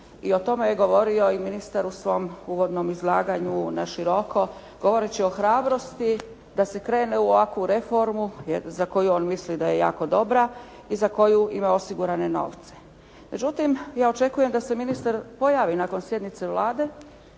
i o tome je govorio i ministar u svom uvodnom izlaganju na široko govoreći o hrabrosti da se krene u ovakvu reformu za koju on misli da je jako dobra i za koju ima osigurane novce. Međutim, ja očekujem da se ministar pojavi nakon sjednice Vlade